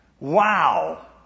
Wow